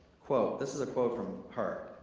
quote, this is a quote from her.